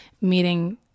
meeting